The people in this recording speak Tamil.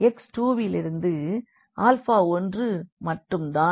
x2 விலிருந்து ஆல்ஃபா 1 மட்டும் தான்